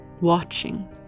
Watching